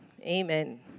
Amen